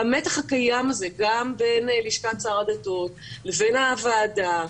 והמתח הקיים הזה גם בין לשכת שר הדתות לבין הוועדה,